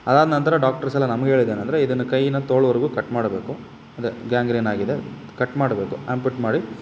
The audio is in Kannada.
ಅದಾದ ನಂತರ ಡಾಕ್ಟರ್ಸೆಲ್ಲ ನಮ್ಗೆ ಹೇಳಿದ್ ಏನಂದರೆ ಇದನ್ನು ಕೈನ ತೋಳ್ವರೆಗೂ ಕಟ್ ಮಾಡಬೇಕು ಅದೇ ಗ್ಯಾಂಗ್ರೇನ್ ಆಗಿದೆ ಕಟ್ ಮಾಡಬೇಕು ಅಂದ್ಬಿಟ್ಟು ಮಾಡಿ